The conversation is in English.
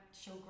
show